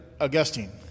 Augustine